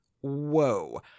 whoa